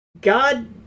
God